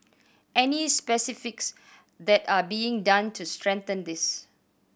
any specifics that are being done to strengthen this